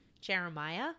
Jeremiah